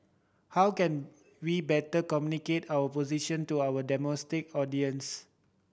how can we better communicate our position to our domestic audience